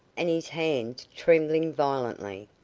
and his hands trembling violently.